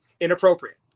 inappropriate